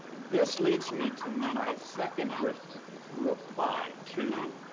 this leads me to my second reply to,